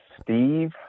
Steve